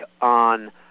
on